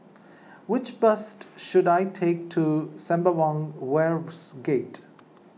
which bus should I take to Sembawang Wharves Gate